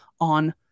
on